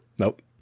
Nope